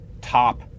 top